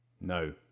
No